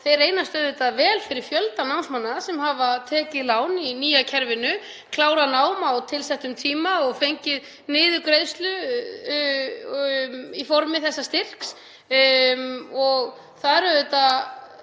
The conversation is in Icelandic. þeir reynast auðvitað vel fyrir fjölda námsmanna sem hafa tekið lán í nýja kerfinu, klárað nám á tilsettum tíma og fengið niðurgreiðslu í formi þessa styrks.